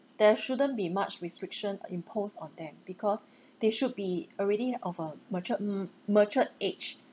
there shouldn't be much restriction uh imposed on them because they should be already of a mature m~ matured age